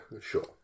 sure